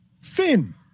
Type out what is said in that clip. Finn